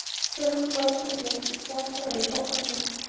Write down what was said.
phil, who lounged against the piazza-rail opposite,